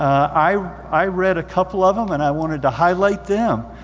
i i read a couple of them and i wanted to highlight them.